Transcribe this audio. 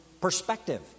perspective